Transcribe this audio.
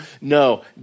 No